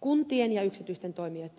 kuntien ja yksityisten toimijoitten välillä